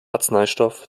arzneistoff